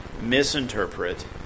misinterpret